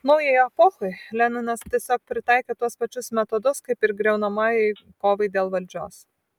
naujai epochai leninas tiesiog pritaikė tuos pačius metodus kaip ir griaunamajai kovai dėl valdžios